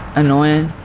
annoying.